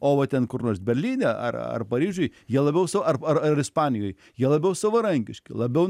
o va ten kur nors berlyne ar ar paryžiuj jie labiau su ar ar ar ispanijoj jie labiau savarankiški labiau